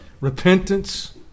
Repentance